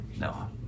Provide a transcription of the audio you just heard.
No